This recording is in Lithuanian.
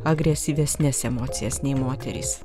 agresyvesnes emocijas nei moterys